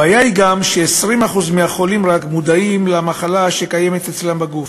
הבעיה היא שרק 20% מהחולים מודעים לכך שהמחלה קיימת אצלם בגוף.